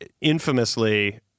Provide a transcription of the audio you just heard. infamously